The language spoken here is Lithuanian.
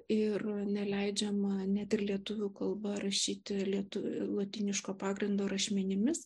ir neleidžiama ne ir lietuvių kalba rašyti lietu lotyniško pagrindo rašmenimis